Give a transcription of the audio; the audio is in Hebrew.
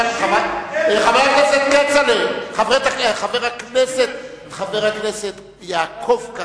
60,000, חבר הכנסת יעקב כץ,